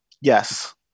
Yes